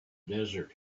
desert